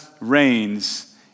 reigns